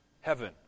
heaven